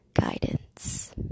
guidance